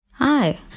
Hi